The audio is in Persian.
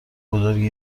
بزرگی